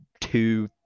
two